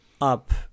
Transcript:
up